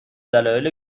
دلایل